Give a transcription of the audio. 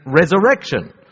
resurrection